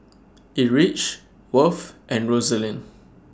Erich Worth and Roselyn